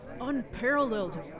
unparalleled